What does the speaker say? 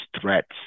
threats